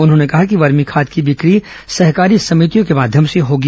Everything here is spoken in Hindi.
उन्होंने कहा कि वर्मी खाद की बिक्री सहकारी समितियों के माध्यम से होगी